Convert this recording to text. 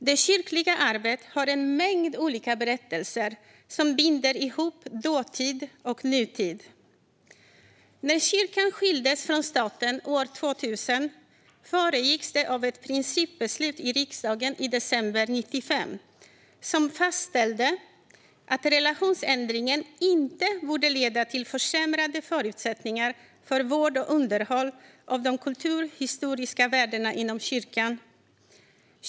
Det kyrkliga arvet har en mängd olika berättelser som binder ihop dåtid med nutid. När kyrkan skildes från staten år 2000 föregicks det av ett principbeslut i riksdagen i december 1995 som fastställde att relationsändringen inte borde leda till försämrade förutsättningar för vård och underhåll av de kulturhistoriska värdena inom kyrkan.